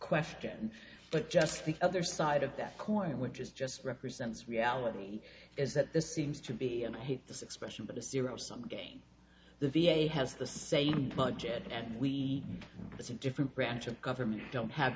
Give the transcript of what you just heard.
question but just the other side of that coin which is just represents reality is that this seems to be and i hate this expression but a serial some day the v a has the same budget and we as a different branch of government don't have